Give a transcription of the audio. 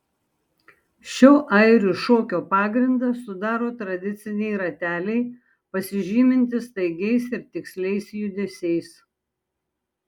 šio airių šokio pagrindą sudaro tradiciniai rateliai pasižymintys staigiais ir tiksliais judesiais